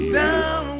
down